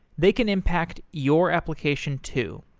they can impact your application too.